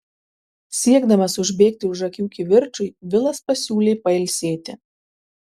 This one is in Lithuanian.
siekdamas užbėgti už akių kivirčui vilas pasiūlė pailsėti